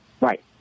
right